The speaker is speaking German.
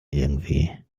irgendwie